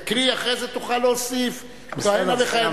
תקריא, אחרי זה תוכל להוסיף כהנה וכהנה.